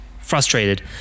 Frustrated